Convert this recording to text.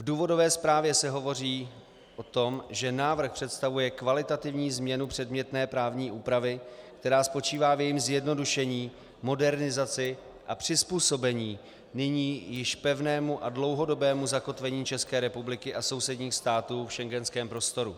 V důvodové zprávě se hovoří o tom, že návrh představuje kvalitativní změnu předmětné právní úpravy, která spočívá v jejím zjednodušení, modernizaci a přizpůsobení nyní již pevnému a dlouhodobému zakotvení České republiky a sousedních států v schengenském prostoru.